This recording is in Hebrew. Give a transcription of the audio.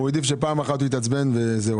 אנחנו יודעים שפעם אחת הוא התעצבן וזהו,